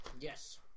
Yes